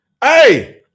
Hey